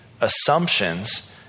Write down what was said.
assumptions